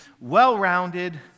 well-rounded